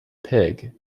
pig